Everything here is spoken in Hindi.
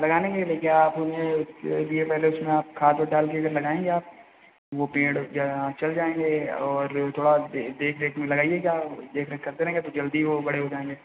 लगाने के लिए क्या आप उन्हें उसके लिए पहले उसमें आप खाद ओद डालकर अगर लगाएँगे आप वह पेड़ या चल जाएँगे और थोड़ा देख रेख में लगाइएगा देख रेख करते रहेंगे तो जल्दी वह बड़े हो जाएँगे